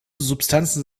substanzen